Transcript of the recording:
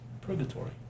purgatory